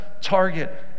target